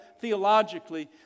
theologically